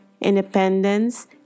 independence